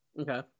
Okay